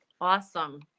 Awesome